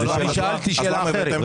לא, אני שאלתי שאלה אחרת.